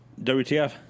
WTF